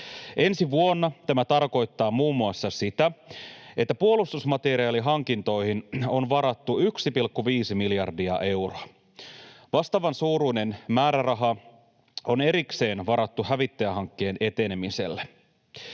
Ensi vuonna tämä tarkoittaa muun muassa sitä, että puolustusmateriaalihankintoihin on varattu 1,5 miljardia euroa. Vastaavansuuruinen määräraha on erikseen varattu hävittäjähankkeen etenemiselle.